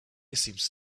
seems